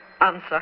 answer